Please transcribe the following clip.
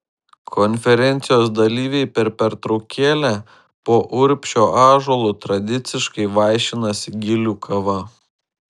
konferencijos dalyviai per pertraukėlę po urbšio ąžuolu tradiciškai vaišinasi gilių kava